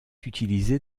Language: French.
utilisés